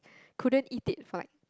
couldn't eat it for like